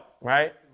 right